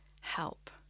help